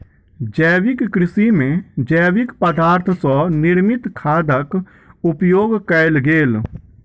जैविक कृषि में जैविक पदार्थ सॅ निर्मित खादक उपयोग कयल गेल